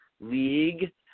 League